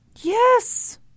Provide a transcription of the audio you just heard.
Yes